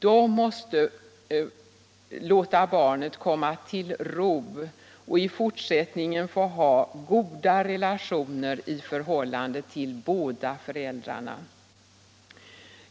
De måste låta barnet få komma till ro och i fortsättningen få ha goda relationer till båda föräldrarna.